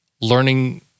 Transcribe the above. learning